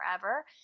forever